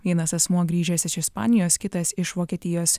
vienas asmuo grįžęs iš ispanijos kitas iš vokietijos